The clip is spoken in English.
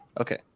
Okay